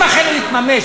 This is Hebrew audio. אם אכן הוא יתממש,